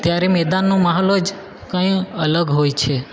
ત્યારે મેદાનનો માહોલ જ કંઇ અલગ હોય છે